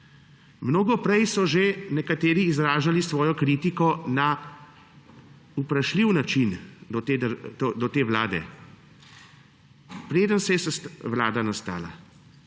Mnogo prej so že nekateri izražali svojo kritiko na vprašljiv način do te vlade, preden je vlada nastala.